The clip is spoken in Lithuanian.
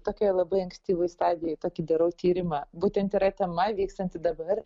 tokioj labai ankstyvoj stadijoj tokį darau tyrimą būtent yra tema vykstanti dabar